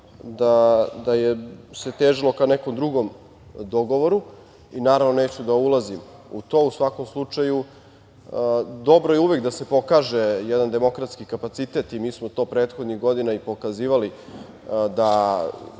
da se težilo ka nekom drugom dogovoru i naravno neću da ulazim u to. U svakom slučaju, dobro je uvek da se pokaže jedan demokratski kapacitet i mi smo to prethodnih godina i pokazivali i